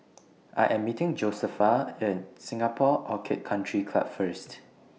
I Am meeting Josefa At Singapore Orchid Country Club First